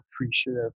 appreciative